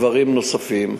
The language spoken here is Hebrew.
דברים נוספים.